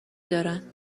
دارن